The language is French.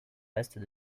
restes